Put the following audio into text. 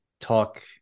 talk